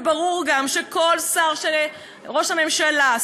וברור גם שכל שר שראש הממשלה,